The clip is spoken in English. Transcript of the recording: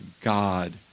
God